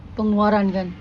pengeluaran kan